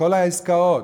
בכל העסקאות.